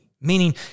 Meaning